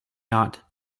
not